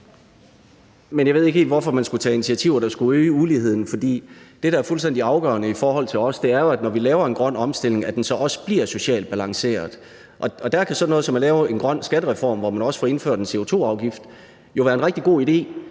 Jeg ved ikke helt, hvorfor man skulle tage initiativer, der skulle øge uligheden. For det, der er fuldstændig afgørende for os, er jo, at når vi laver en grøn omstilling, så bliver den også socialt balanceret. Og der kan sådan noget som at lave en grøn skattereform, hvor man også får indført en CO2-afgift, jo være en rigtig god idé.